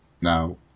Now